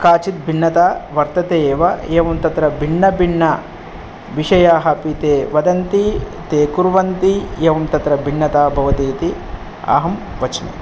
काचित् भिन्नता वर्तते एव एवं तत्र भिन्नभिन्नाविषयाः अपि ते वदन्ति ते कुर्वन्ति एवं तत्र भिन्नता भवति इति अहं वच्मि